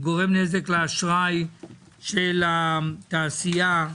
הוא גורם נזק לאשראי של התעשייה.